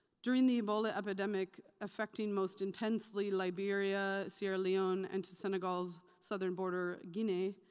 during the ebola epidemic affecting most intensely liberia, sierra leone, and to senegal's southern border, guinea,